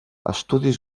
estudis